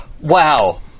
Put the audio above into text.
wow